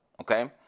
Okay